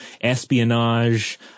espionage